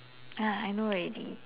ah I know already